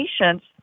patients